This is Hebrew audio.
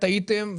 טעיתם,